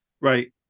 right